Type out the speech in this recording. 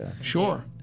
sure